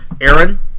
Aaron